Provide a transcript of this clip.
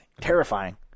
Terrifying